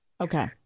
okay